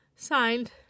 Signed